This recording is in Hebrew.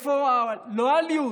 איפה הלויאליות?